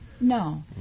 No